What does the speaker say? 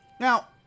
Now